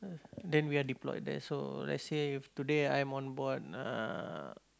then we are deployed there so let's say if today I am on board uh